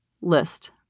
list